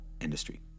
industry